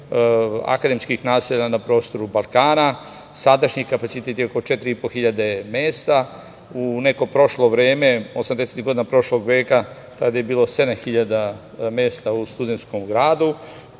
akademskih naselja na prostoru Balkana. Sadašnji kapacitet je oko 4.500 mesta. U nekom prošlom vremenu, osamdesetih godina prošlog veka je bilo 7.000 mesta u Studentskom gradu.